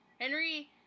Henry